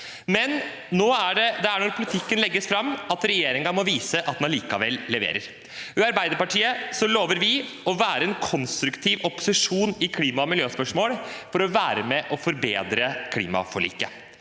Men det er når politikken legges fram at regjeringen må vise at den allikevel leverer. Fra Arbeiderpartiets side lover vi å være en konstruktiv opposisjon i klima- og miljøspørsmål, for å være med på å forbedre klimaforliket.